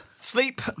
Sleep